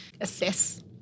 assess